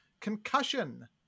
Concussion